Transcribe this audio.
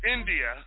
India